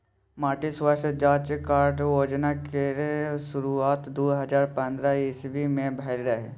माटि स्वास्थ्य जाँच कार्ड योजना केर शुरुआत दु हजार पंद्रह इस्बी मे भेल रहय